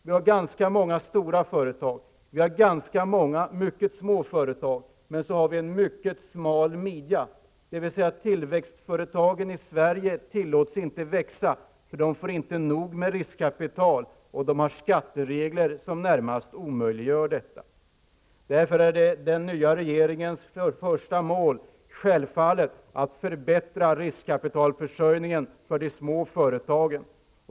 Vi har ganska många stora företag och ganska många mycket små företag, men så har vi en mycket smal midja, dvs. tillväxtföretagen i Sverige tillåts inte växa, för de får inte nog med riskkapital och de har skatteregler som närmast omöjliggör utveckling. Därför är den nya regeringens första mål att förbättra riskkapitalförsörjningen för de små företagen.